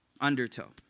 Undertow